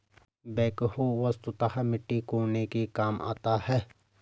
backhoe वस्तुतः मिट्टी कोड़ने के काम आता है